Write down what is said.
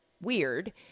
weird